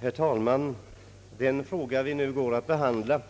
Herr talman! Den fråga vi nu går att behandla